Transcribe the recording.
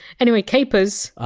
anyway, capers.